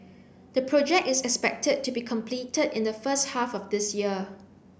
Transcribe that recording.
the project is expected to be completed in the first half of this year